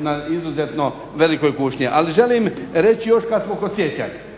na izuzetno velikoj kušnji. Ali želim reći kada smo kod … pa